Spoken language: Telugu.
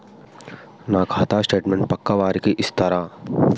నా ఖాతా స్టేట్మెంట్ పక్కా వారికి ఇస్తరా?